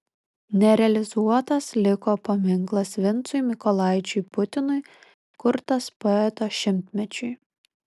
nerealizuotas liko paminklas vincui mykolaičiui putinui kurtas poeto šimtmečiui